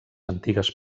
antigues